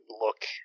look